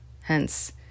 hence